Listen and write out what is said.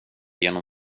genom